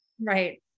right